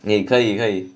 eh 可以可以